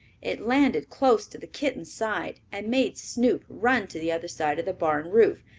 it landed close to the kitten's side and made snoop run to the other side of the barn roof.